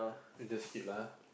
just skip lah